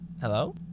Hello